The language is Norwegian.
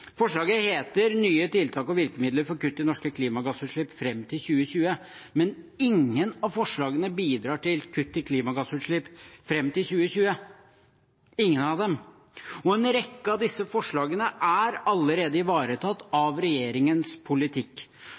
nye tiltak og virkemidler for kutt i norske klimagassutslipp fram til 2020, men ingen av forslagene bidrar til kutt i klimagassutslipp fram til 2020 – ingen av dem. Og en rekke av disse forslagene er allerede ivaretatt av regjeringens politikk.